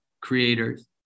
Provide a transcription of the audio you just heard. creators